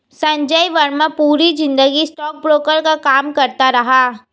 संजय वर्मा पूरी जिंदगी स्टॉकब्रोकर का काम करता रहा